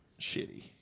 shitty